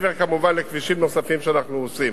כמובן מעבר לכבישים נוספים שאנחנו עושים.